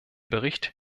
bericht